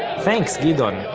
thanks gideon,